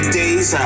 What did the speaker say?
days